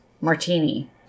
martini